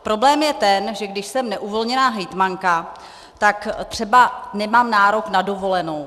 Problém je ten, že když jsem neuvolněná hejtmanka, tak třeba nemám nárok na dovolenou.